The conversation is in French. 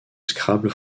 scrabble